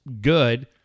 good